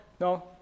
No